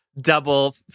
double